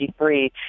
1983